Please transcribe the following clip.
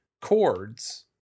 chords